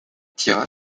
tira